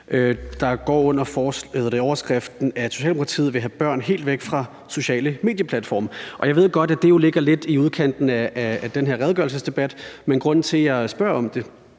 her uge, hvor overskriften er, at Socialdemokratiet vil have børn helt væk fra sociale medieplatforme. Jeg ved godt, at det jo ligger lidt i udkanten af den her redegørelsesdebat, men grunden til, at jeg spørger om det,